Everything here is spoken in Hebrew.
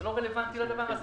זה לא רלוונטי לדבר הזה.